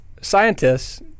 scientists